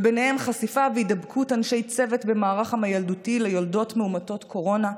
ובהם חשיפה והידבקות אנשי צוות במערך המיילדות ליולדות מאומתות קורונה,